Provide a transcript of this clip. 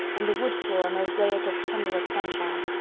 and the wood floor a mosaic of tremulous sunshine.